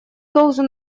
должен